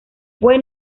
fue